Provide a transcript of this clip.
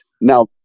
now